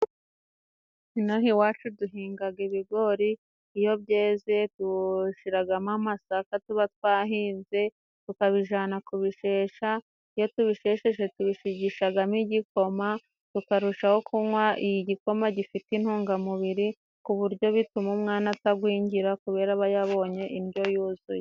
Ino aha iwacu duhingaga ibigori iyo byeze dushiragamo amasaka tuba twahinze tukabijana kubishesha, iyo tubishesheje tubishigishagamo igikoma tukarushaho kunywa igikoma gifite intungamubiri, ku buryo bituma umwana atagwingira kubera aba yabonye indyo yuzuye.